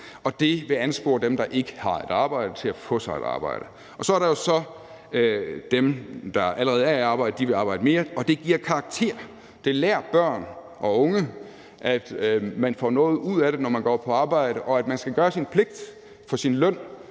det vil anspore dem, der ikke har et arbejde, til at få sig et arbejde, og dem, der allerede er i arbejde, vil arbejde mere. Og det giver dem karakter. Det lærer børn og unge, at man får noget ud af det, når man går på arbejde, og at man skal gøre sin pligt for sin løn,